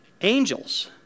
angels